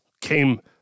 came